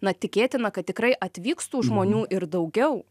na tikėtina kad tikrai atvyks tų žmonių ir daugiau